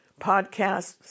podcasts